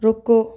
رکو